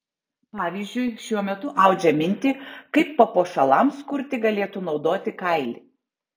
pavyzdžiui šiuo metu audžia mintį kaip papuošalams kurti galėtų naudoti kailį